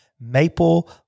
Maple